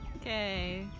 Okay